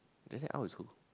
Jennet-Aw is who